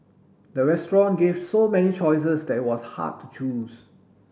the restaurant gave so many choices that it was hard to choose